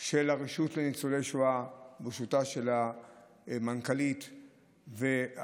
של הרשות לניצולי שואה בראשותה של המנכ"לית וההנהלה,